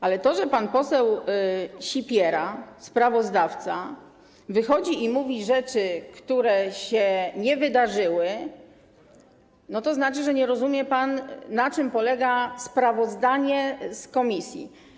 Ale to, że pan poseł Sipiera, sprawozdawca, wychodzi i mówi rzeczy, które się nie wydarzyły, znaczy, że nie rozumie, na czym polega sprawozdanie komisji.